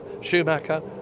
Schumacher